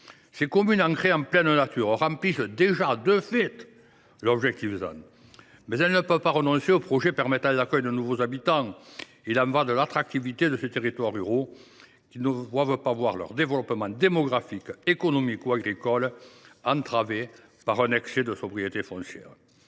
communes, ancrées en pleine nature, respectent déjà de fait l’objectif ZAN, mais elles ne peuvent pas renoncer aux projets permettant l’accueil de nouveaux habitants. Il y va de l’attractivité de ces territoires ruraux, qui ne doivent pas voir leur développement démographique, économique ou agricole entravé par un excès de sobriété foncière.